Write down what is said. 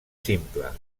simple